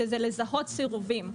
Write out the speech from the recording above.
שזה לזהות סירובים.